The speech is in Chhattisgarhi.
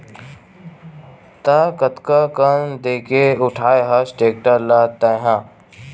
त कतका कन देके उठाय हस टेक्टर ल तैय हा?